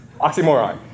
oxymoron